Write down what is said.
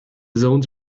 zones